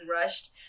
rushed